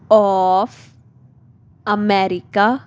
of America